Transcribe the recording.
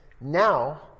now